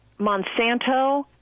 Monsanto